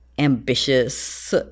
Ambitious